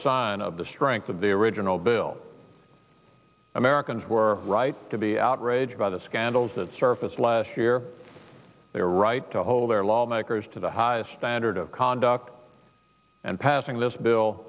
unmistakable sign of the strength of the original bill americans were right to be outraged by the scandals that surfaced last year their right to hold their lawmakers to the highest hundred of conduct and passing this bill